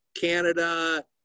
Canada